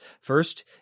First